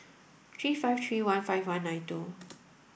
three five three one five one nine two